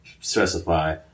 specify